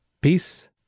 Peace